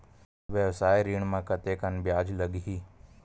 व्यवसाय ऋण म कतेकन ब्याज लगही?